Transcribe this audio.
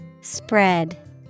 Spread